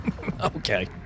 Okay